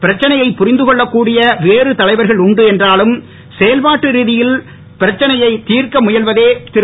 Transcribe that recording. பிரச்சனையை புரிந்து கொள்ளக் கூடிய வேறு தலைவர்கள் உண்டு என்றாலும் செயல்பாட்டு ரீதியில் பிரச்சனையை தீர்க்க முயல்வதே திரு